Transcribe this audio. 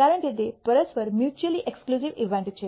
કારણ કે તે પરસ્પર મ્યૂચૂઅલી એક્સક્લૂસિવ ઈવેન્ટ્સ છે